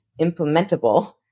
implementable